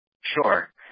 Sure